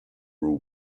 rule